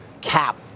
cap